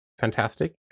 fantastic